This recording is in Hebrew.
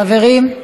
חברים.